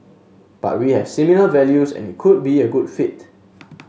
but we have similar values and it could be a good fit